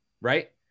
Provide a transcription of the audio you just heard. right